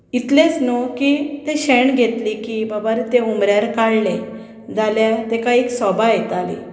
इतलेंच न्हू की तें शेण घेतलें की बाबा रे तें उमऱ्यार काडलें जाल्यार ताका एक सोबाय येताली